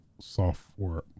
software